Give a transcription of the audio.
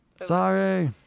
Sorry